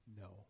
no